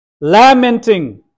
lamenting